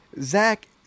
Zach